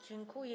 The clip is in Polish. Dziękuję.